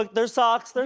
they're socks, they're